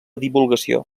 divulgació